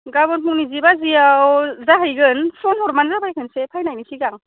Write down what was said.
गाबोन फुंनि जि बाजियाव जाहैगोन फन हरबानो जाबाय खनसे फैनायनि सिगां